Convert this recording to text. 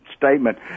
statement